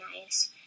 nice